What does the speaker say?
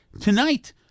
tonight